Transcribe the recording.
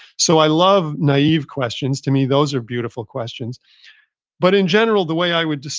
so i love naive questions. to me, those are beautiful questions but in general, the way i would